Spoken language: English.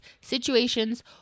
situations